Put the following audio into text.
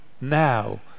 now